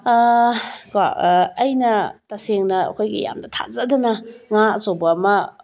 ꯀꯣ ꯑꯩꯅ ꯇꯁꯦꯡꯅ ꯑꯩꯈꯣꯏꯒꯤ ꯌꯥꯝꯅ ꯊꯥꯖꯗꯅ ꯉꯥ ꯑꯆꯧꯕ ꯑꯃ